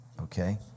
Okay